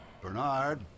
Bernard